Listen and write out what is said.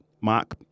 Mark